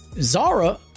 Zara